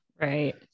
right